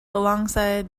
alongside